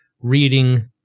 reading